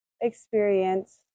experience